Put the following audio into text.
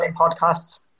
podcasts